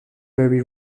perry